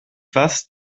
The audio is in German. was